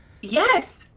Yes